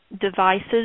devices